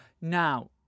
Now